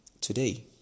Today